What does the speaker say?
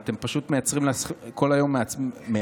אתם פשוט מייצרים פה כל היום קונסטרוקציות.